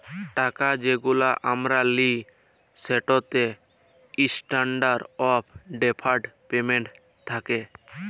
টাকা যেগুলা আমরা লিই সেটতে ইসট্যান্ডারড অফ ডেফার্ড পেমেল্ট থ্যাকে